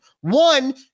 One